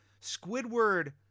Squidward